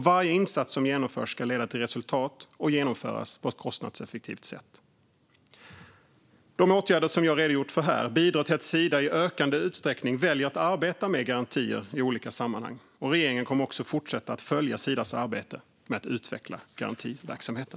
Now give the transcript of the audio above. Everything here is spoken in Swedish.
Varje insats som genomförs ska leda till resultat och genomföras på ett kostnadseffektivt sätt. De åtgärder som jag har redogjort för här bidrar till att Sida i ökande utsträckning väljer att arbeta med garantier i olika sammanhang. Regeringen kommer också fortsätta att följa Sidas arbete med att utveckla garantiverksamheten.